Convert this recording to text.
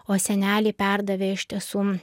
o seneliai perdavė iš tiesų